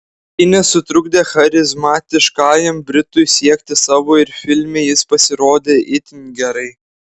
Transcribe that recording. tai nesutrukdė charizmatiškajam britui siekti savo ir filme jis pasirodė itin gerai